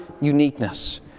uniqueness